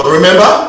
Remember